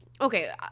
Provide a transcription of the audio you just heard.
okay